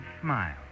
smile